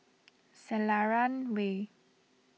Selarang Way